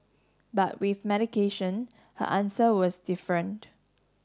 but with medication her answer was different